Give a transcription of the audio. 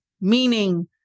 meaning